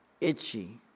itchy